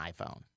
iphone